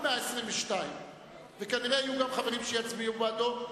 122. כנראה יהיו חברים שיצביעו בעדו,